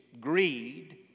greed